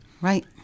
Right